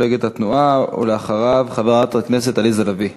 מפלגת התנועה, ואחריו, חברת הכנסת עליזה לביא.